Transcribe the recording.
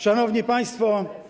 Szanowni Państwo!